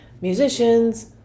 musicians